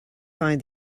find